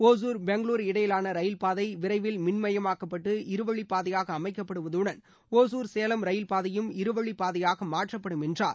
ஒகுர் பெங்களுரு இடையிலான ரயில்பாதை விரைவில் மின்மயமாக்கப்பட்ட இருவழி பாதையாக அமைக்கப்படுவதுடன் ஒஞர் சேலம் ரயில்பாதையும் இருவழி பாதையாக மாற்றப்படும் என்றார்